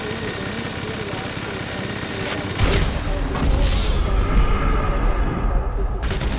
போய் ரெண்டு period last seventh ஏழாவது பிரீயடும் எட்டாவது பிரீயடும் ரொம்ப ஜாலியாக கீழே போய் அரட்டை அடிச்சுட்டு கதை பேசிவிட்டு